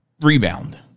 rebound